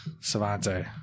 Savante